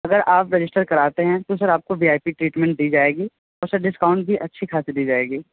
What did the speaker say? अगर आप रजिस्टर कराते हैं तो सर आप को वी आइ पी ट्रीटमेंट दी जाएगी और सर डिस्काउंट भी अच्छी खासी दी जाएगी